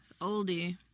oldie